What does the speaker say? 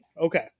Okay